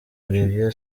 olivier